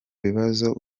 bibazo